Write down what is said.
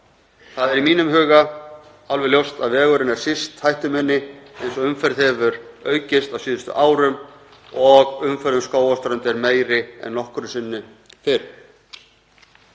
Það er í mínum huga alveg ljóst að vegurinn er síst hættuminni eins og umferð hefur aukist á síðustu árum og umferð um Skógarströnd er meiri en nokkru sinni fyrr.